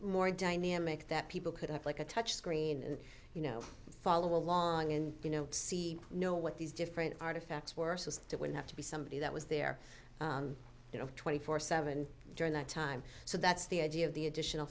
more dynamic that people could have like a touch screen and you know follow along in you know see know what these different artifacts worse is that would have to be somebody that was there you know twenty four seven during that time so that's the idea of the additional